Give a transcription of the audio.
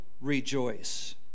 Rejoice